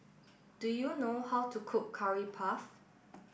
do you know how to cook Curry Puff